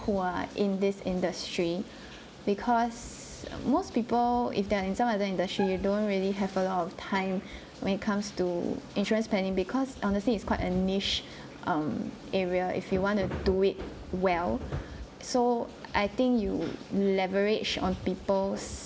who are this industry because most people if they're inside of the industry you don't really have a lot of time when it comes to insurance spending because honestly it's quite a niche um area if you want to do it well so I think you you leverage on people's